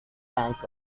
bank